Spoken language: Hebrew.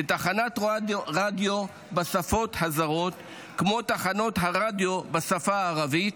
לתחנות רדיו בשפות הזרות כמו תחנות הרדיו בשפה הערבית,